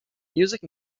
music